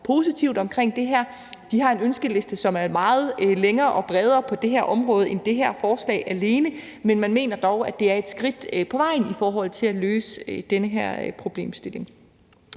positivt om det her – de har en ønskeliste, som er meget længere og bredere på det her område end det her forslag alene, men man mener dog, at det er et skridt på vejen i forhold til at løse den her problemstilling.